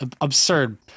Absurd